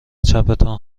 چپتان